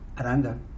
Aranda